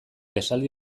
esaldi